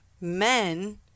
men